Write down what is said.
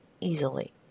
easily